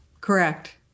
Correct